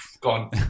gone